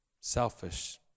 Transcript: selfish